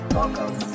Welcome